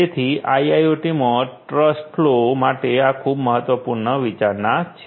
તેથી આઈઆઈઓટી માં trust flow માટે આ ખૂબ જ મહત્વપૂર્ણ વિચારણા છે